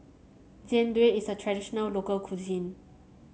Jian Dui is a traditional local cuisine